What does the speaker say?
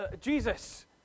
Jesus